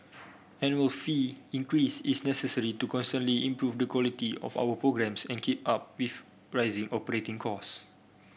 annual fee increase is necessary to constantly improve the quality of our programmes and keep up with rising operating cost